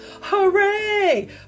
Hooray